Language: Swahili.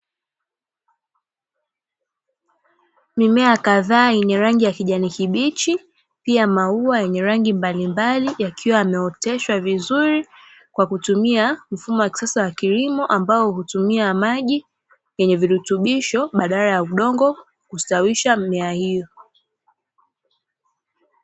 Mimea kadhaa yenye rangi ya kijani kibichi, pia maua yenye rangi mbalimbali yakiwa yameoteshwa vizuri kw a kutumia mfumo wa kisasa wa kilimo ambao hutumia maji yenye virutubisho badala ya udongo kustawisha mimea hiyo.